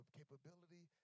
capability